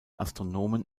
astronomen